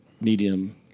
medium